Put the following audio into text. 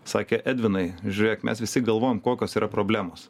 sakė edvinai žiūrėk mes visi galvojom kokios yra problemos